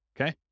Okay